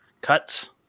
Cuts